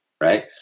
right